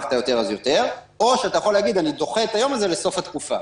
או שאתה יכול להגיד אני דוחה את היום הזה לסוף התקופה.